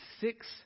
six